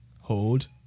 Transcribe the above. Hold